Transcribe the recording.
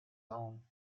own